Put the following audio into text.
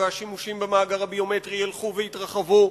והשימושים במאגר הביומטרי ילכו ויתרחבו,